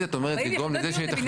זה לא